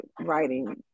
writing